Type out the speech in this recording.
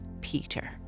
Peter